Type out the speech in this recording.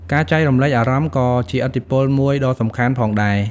ការចែករំលែកអារម្មណ៍ក៏ជាឥទ្ធិពលមួយដ៏សំខាន់ផងដែរ។